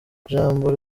ijambo